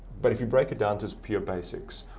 but if you break it down to its pure basics,